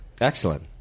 Excellent